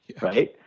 right